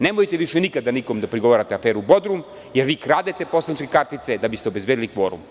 Nemojte više nikada nikome da prigovarate aferu Bodrum, jer vi kradete poslaničke kartice da biste obezbedili kvorum.